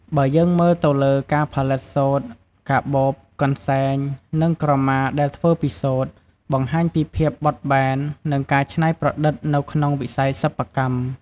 បើយើងមើលទៅលើនៃការផលិតសូត្រ កាបូប កន្សែង និងក្រមាដែលធ្វើពីសូត្រ បង្ហាញពីភាពបត់បែន និងការច្នៃប្រឌិតនៅក្នុងវិស័យសិប្បកម្ម។